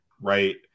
right